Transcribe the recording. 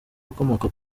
ukomoka